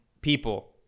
people